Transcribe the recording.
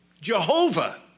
Jehovah